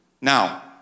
Now